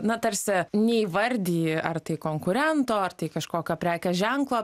na tarsi neįvardiji ar tai konkurento ar tai kažkokio prekės ženklo